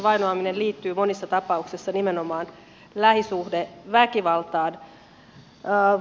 vainoaminen liittyy monissa tapauksissa nimenomaan lähisuhdeväkivaltaan